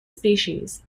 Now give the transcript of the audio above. species